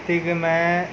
ਕਿਉਂਕਿ ਮੈਂ